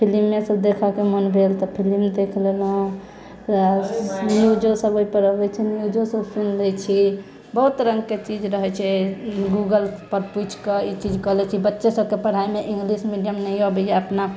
फिलिमे सब देखऽके मन भेल तऽ फिलिम देखि लेलहुँ न्यूजो सब ओहि पर अबैत छै न्यूजो सब सुनि लै छी बहुत रङ्गके चीज रहैत छै गूगल पर पूछिके ई चीजके लै छै बच्चो सबके पढ़ाइमे इंग्लिश मीडीयम नहि अबैया अपना